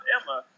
Emma